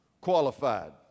qualified